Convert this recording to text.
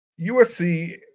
USC